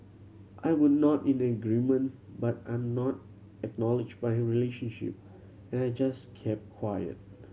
I would nod in agreement but I'm not acknowledge my relationship and I just kept quiet